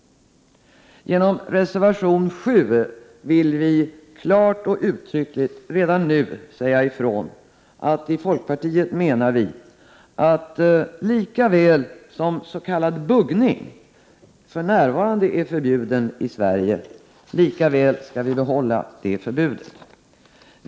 Genom reservation nr 8 vill vi klart och uttryckligt redan nu säga ifrån att vi i folkpartiet menar att lika väl som s.k. buggning för närvarande är förbjuden i Sverige, skall vi behålla det förbudet.